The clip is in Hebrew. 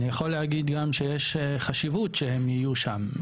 אני יכול להגיד גם שיש חשיבות שהם יהיו שם,